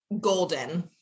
golden